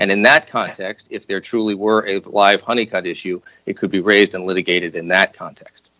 and in that context if there truly were it wife money cut issue it could be raised and litigated in that context